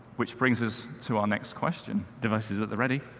which brings us to our next question. devices at the ready.